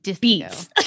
beats